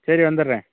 சரி வந்துடறேன்